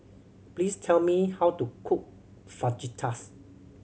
please tell me how to cook Fajitas